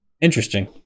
interesting